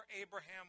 Abraham